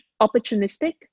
opportunistic